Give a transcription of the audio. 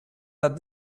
that